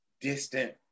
distant